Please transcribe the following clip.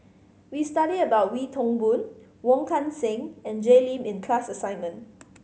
we studied about Wee Toon Boon Wong Kan Seng and Jay Lim in the class assignment